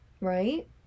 right